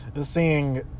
seeing